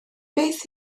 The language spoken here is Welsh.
beth